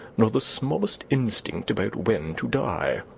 nor the smallest instinct about when to die.